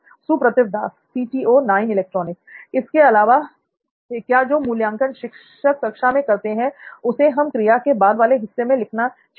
सुप्रतिव दास इसके अलावा क्या जो मूल्यांकन शिक्षक कक्षा में करते हैं उसे हमें क्रिया के "बाद" वाले हिस्से में लिखना चाहिए